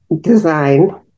design